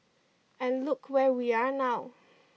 and look where we are now